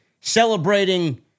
celebrating